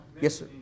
Yes